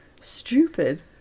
stupid